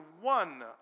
one